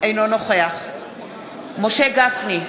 אינו נוכח משה גפני,